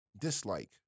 dislike